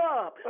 up